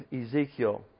Ezekiel